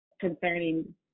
concerning